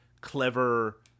clever